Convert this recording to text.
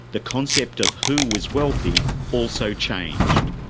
the concept of who was wealthy also changed.